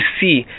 see